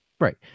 Right